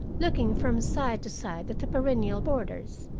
looking from side to side at the perennial borders,